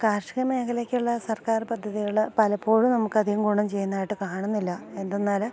കാർഷിക മേഖലയ്ക്കുള്ള സർക്കാർ പദ്ധതികൾ പലപ്പോഴും നമുക്കധികം ഗുണം ചെയ്യുന്നതായിട്ട് കാണുന്നില്ല എന്തെന്നാൽ